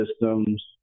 systems